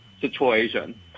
situation